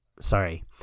sorry